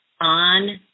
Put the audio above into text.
on